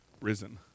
risen